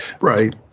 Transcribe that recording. Right